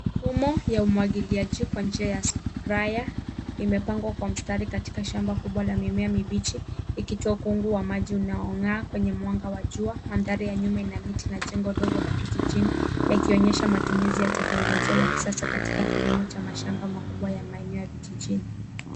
Mfumo ya umwagiliaji kwa njia ya Sprayer imepangwa kwa mstari katika shamba kubwa la mimea mibichi ikitoa kungu wa maji unaongaa kwenye mwanga wa jua. Mandhari ya nyuma ina miti na jengo dogo la kijijini yakionyesha matumizi ya teknolojia ya kisasa katika kilimo cha mashamba makubwa ya maeneo ya vijijini.